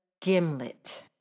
Gimlet